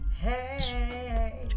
Hey